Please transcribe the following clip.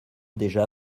déjà